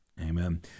Amen